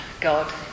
God